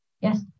Yes